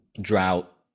drought